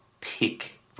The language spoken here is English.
pick